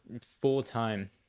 full-time